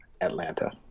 Atlanta